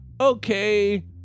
okay